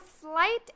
slight